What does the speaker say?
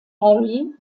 harry